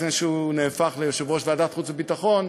לפני שהוא הפך ליושב-ראש ועדת חוץ וביטחון,